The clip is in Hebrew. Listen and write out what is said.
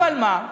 אבל מה?